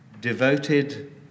devoted